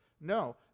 No